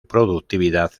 productividad